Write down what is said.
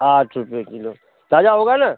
आठ रुपये किलो ताज़ा होगा ना